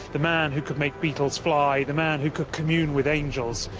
the man who could make beetles fly, the man who could commune with angels,